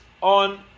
on